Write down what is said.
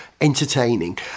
entertaining